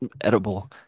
edible